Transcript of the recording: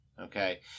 Okay